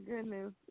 goodness